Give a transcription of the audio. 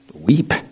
weep